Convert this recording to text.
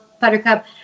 Buttercup